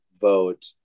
vote